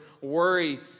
worry